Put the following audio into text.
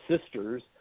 sisters